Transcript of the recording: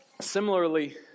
Similarly